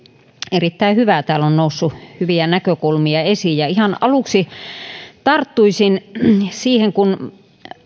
erittäin hyvä täällä on noussut hyviä näkökulmia esiin ihan aluksi tarttuisin siihen kun